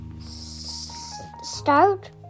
Start